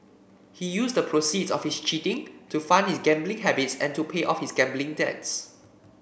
he used the proceeds of his cheating to fund his gambling habits and to pay off his gambling debts